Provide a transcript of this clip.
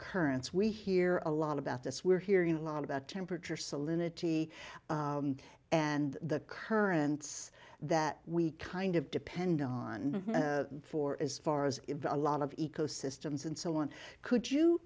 currents we hear a lot about this we're hearing a lot about temperature salinity and the currents that we kind of depend on for as far as a lot of ecosystems in so one could you